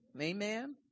Amen